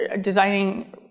designing